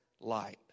light